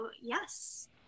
yes